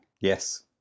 Yes